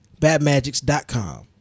BadMagics.com